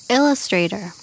Illustrator